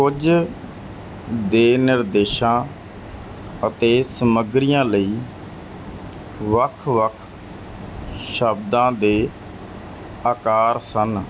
ਕੁਝ ਦੇ ਨਿਰਦੇਸ਼ਾਂ ਅਤੇ ਸਮੱਗਰੀਆਂ ਲਈ ਵੱਖ ਵੱਖ ਸ਼ਬਦਾਂ ਦੇ ਆਕਾਰ ਸਨ